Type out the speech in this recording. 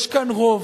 יש כאן רוב,